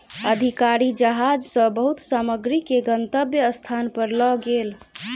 अधिकारी जहाज सॅ बहुत सामग्री के गंतव्य स्थान पर लअ गेल